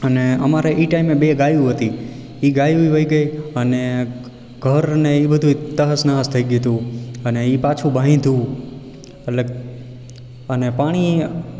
અને અમારે ઈ ટાઈમે બે ગાયું હતી ઈ ગાયું એ વઈ ગઈ અને ઘરને ઈ બધુંય તહસ નહસ થઈ ગયું હતું અને ઈ પાછું બાંધ્યું એટલે અને પાણી